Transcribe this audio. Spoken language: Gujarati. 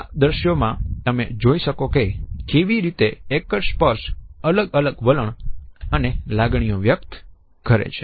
આ દ્રશ્યોમાં તમે જોઈ શકો છો કે કેવી રીતે એક જ સ્પર્શ અલગ અલગ વલણ અને લાગણી વ્યક્ત કરે છે